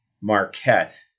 Marquette